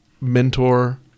mentor